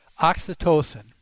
oxytocin